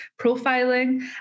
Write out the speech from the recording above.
profiling